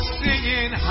singing